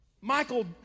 Michael